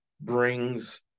brings